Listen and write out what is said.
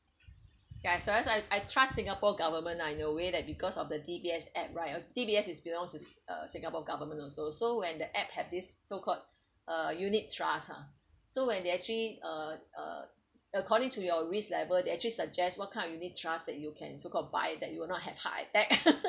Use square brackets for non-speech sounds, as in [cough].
ya so as I I trust singapore government lah in a way that because of the D_B_S app right D_B_S is belongs to uh singapore government also so when the app have this so called uh unit trust ah so when they actually uh uh according to your risk level they actually suggest what kind of unit trust that you can so called buy that you will not have heart attack [laughs]